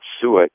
suet